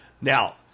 Now